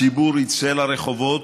הציבור יצא לרחובות,